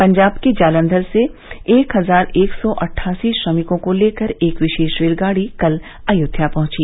पंजाब के जालंधर से एक हजार एक सौ अट्ठासी श्रमिकों को लेकर एक विशेष रेलगाड़ी कल अयोध्या पहुंची